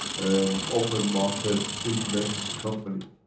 an open market index company.